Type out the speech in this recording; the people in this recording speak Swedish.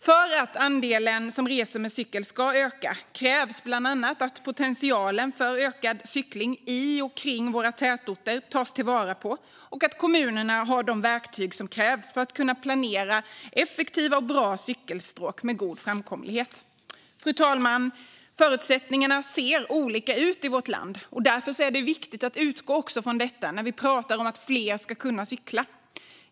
För att andelen som reser med cykel ska öka krävs bland annat att potentialen för ökad cykling i och kring tätorter tas till vara och att kommunerna har de verktyg som krävs för att kunna planera effektiva och bra cykelstråk med god framkomlighet. Fru talman! Förutsättningarna ser olika ut i vårt land, och därför är det viktigt att utgå från detta när vi pratar om att fler ska kunna cykla.